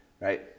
right